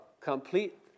complete